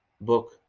book